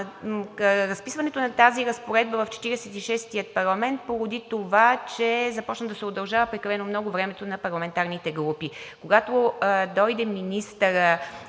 разписването на тази разпоредба в Четиридесет и шестия парламент породи това, че започна да се удължава прекалено много времето на парламентарните групи.